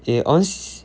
okay onz